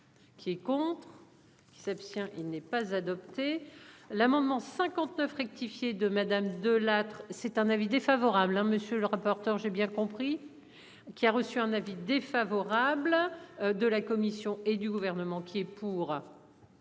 Qui est contre. Qui s'abstient. Il n'est pas adopté l'amendement 59 rectifié de madame De Lattre c'est un avis défavorable hein. Monsieur le rapporteur, j'ai bien compris. Qui a reçu un avis défavorable. De la commission et du gouvernement qui est pour.